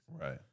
Right